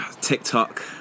TikTok